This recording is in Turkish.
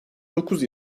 dokuz